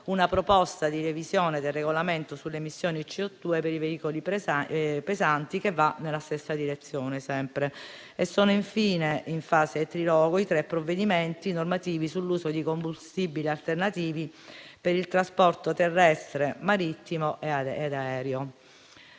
una proposta di revisione del regolamento sulle emissioni CO2 per i veicoli pesanti che va nella stessa direzione. Sono infine in fase "trilogo" i tre provvedimenti normativi sull'uso di combustibili alternativi per il trasporto terrestre, marittimo e aereo.